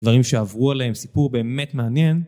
דברים שעברו עליהם סיפור באמת מעניין